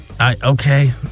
Okay